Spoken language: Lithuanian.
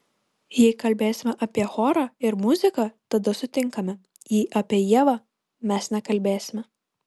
jei kalbėsime apie chorą ir muziką tada sutinkame jei apie ievą mes nekalbėsime